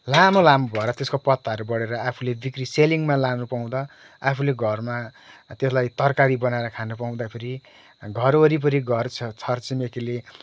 लामो लामो भएर त्यसको पत्ताहरू बढेर आफूले बिक्री सेलिङमा लानु पाउँदा आफूले घरमा त्यसलाई तरकारी बनाएर खान पाउँदाखेरि घर वरिपरि घर छेउ छर छिमेकीले